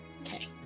Okay